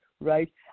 Right